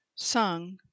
Sung